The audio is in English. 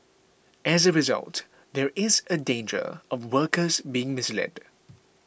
as a result there is a danger of workers being misled